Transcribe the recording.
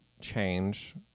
change